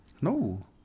No